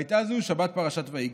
הייתה זו שבת פרשת ויגש.